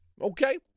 Okay